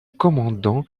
commandant